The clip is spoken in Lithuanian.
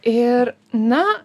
ir na